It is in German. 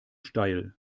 steil